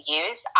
use